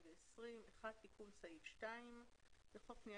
התש"ף 2020. תיקון סעיף 2 בחוק פנייה